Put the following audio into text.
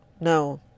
no